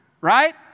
right